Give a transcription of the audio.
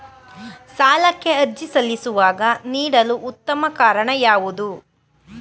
ಸಾಲಕ್ಕೆ ಅರ್ಜಿ ಸಲ್ಲಿಸುವಾಗ ನೀಡಲು ಉತ್ತಮ ಕಾರಣ ಯಾವುದು?